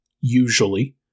usually